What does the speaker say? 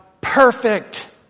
perfect